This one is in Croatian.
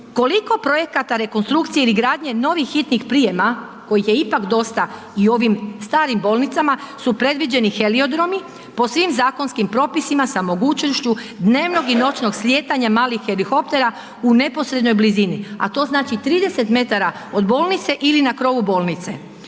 koliko projekata rekonstrukcije ili gradnje novih hitnih prijema kojih je ipak dosta i u ovim starim bolnicama su predviđeni heliodromi po svim zakonskim propisima sa mogućnošću dnevnog i noćnog slijetanja malih helikoptera u neposrednoj blizini a to znači 30 metara od bolnice ili na krovu bolnice.